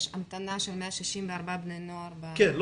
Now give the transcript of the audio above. שיש המתנה של 164 בני נוער ב --- כן,